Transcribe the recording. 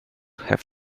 have